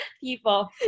people